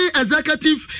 executive